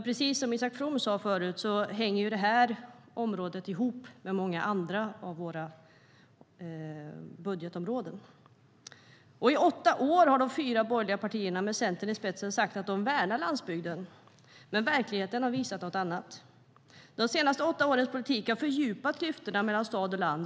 Precis som Isak From sa förut hänger det här området ihop med många andra budgetområden.I åtta år har de fyra borgerliga partierna, med Centern i spetsen, sagt att de värnar landsbygden. Men verkligheten har visat något annat. De senaste åtta årens politik har fördjupat klyftorna mellan stad och land.